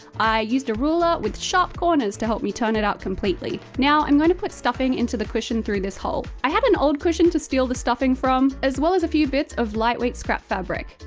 i used a ruler with sharp corners to help me turn it out completely. now i'm going to put stuffing into the cushion through this hole. i had an old cushion to steal the stuffing from, as well as, a few bits of lightweight scrap fabric.